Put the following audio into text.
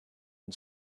and